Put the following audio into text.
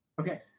Okay